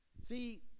See